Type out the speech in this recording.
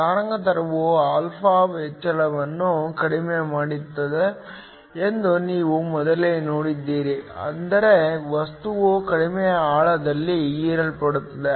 ತರಂಗಾಂತರವು ಆಲ್ಫಾ ಹೆಚ್ಚಳವನ್ನು ಕಡಿಮೆ ಮಾಡುತ್ತದೆ ಎಂದು ನೀವು ಮೊದಲೇ ನೋಡಿದ್ದೀರಿ ಅಂದರೆ ವಸ್ತುವು ಕಡಿಮೆ ಆಳದಲ್ಲಿ ಹೀರಲ್ಪಡುತ್ತದೆ